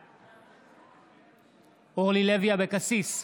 בעד אורלי לוי אבקסיס,